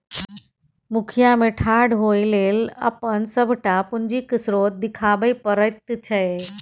मुखिया मे ठाढ़ होए लेल अपन सभटा पूंजीक स्रोत देखाबै पड़ैत छै